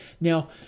Now